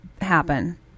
happen